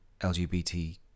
LGBT